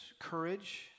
courage